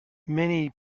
many